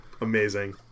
Amazing